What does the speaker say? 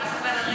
בן ארי,